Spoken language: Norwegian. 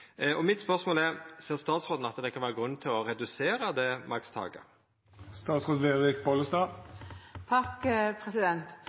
og spørsmålet mitt er: Ser statsråden at det kan vera grunn til å redusera det